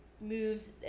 moves